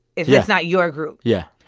if that's not your group yeah,